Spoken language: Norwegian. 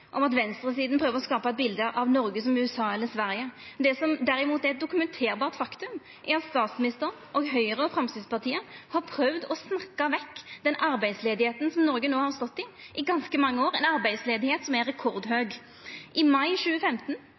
om at venstresida prøver å skapa eit bilde av Noreg som USA eller Sverige. Det som derimot er eit faktum ein kan dokumentera, er at statsministeren og Høgre og Framstegspartiet har prøvd å snakka vekk den arbeidsløysa Noreg no har stått i i ganske mange år – ei arbeidsløyse som er rekordhøg. I mai 2015